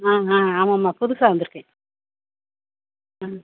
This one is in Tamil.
ஆ ஆ ஆமாம்மா புதுசாக வந்திருக்கேன் ம்